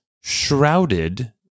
shrouded